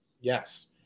Yes